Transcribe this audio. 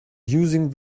using